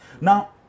Now